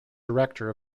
director